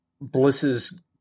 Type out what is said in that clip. Bliss's